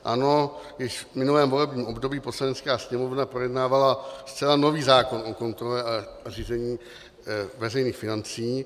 Ano, již v minulém období Poslanecká sněmovna projednávala zcela nový zákon o kontrole a řízení veřejných financí.